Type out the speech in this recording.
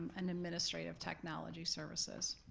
and administrative technology services.